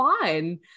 fine